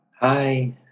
Hi